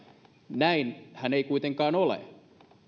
näinhän ei kuitenkaan ole